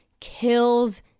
kills